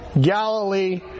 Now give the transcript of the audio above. Galilee